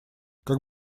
как